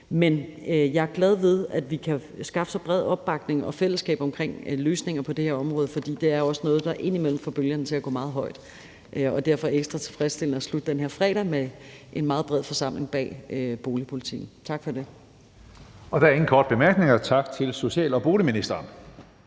Men jeg er glad for, at vi kan skaffe så bred opbakning og så bredt et fællesskab omkring løsningerne på det her område, for det er også noget, der indimellem får bølgerne til at gå meget højt. Derfor er det ekstra tilfredsstillende at slutte den her fredag med en meget bred forsamling bag boligpolitikken. Tak for det. Kl. 14:38 Tredje næstformand (Karsten Hønge): Der er ingen korte bemærkninger. Tak til social- og boligministeren.